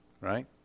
right